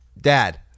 Dad